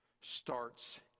starts